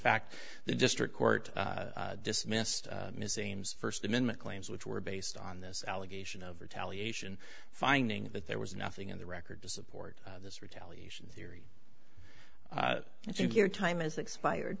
fact the district court dismissed museums first amendment claims which were based on this allegation of retaliation finding that there was nothing in the record to support this retaliation theory if you hear time is expired